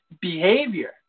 behavior